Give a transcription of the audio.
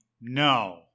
no